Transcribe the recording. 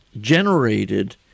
generated